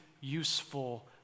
useful